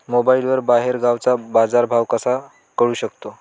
मोबाईलवर बाहेरगावचा बाजारभाव कसा कळू शकतो?